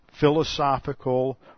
philosophical